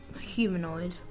humanoid